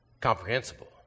comprehensible